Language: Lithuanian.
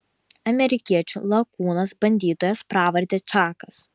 amerikiečių lakūnas bandytojas pravarde čakas